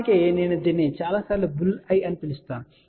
వాస్తవానికి నేను దీన్ని చాలా సార్లు బుల్ ఐ అని పిలుస్తాను